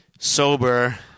Sober